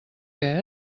que